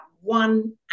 one